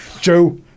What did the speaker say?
Joe